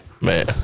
man